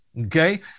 Okay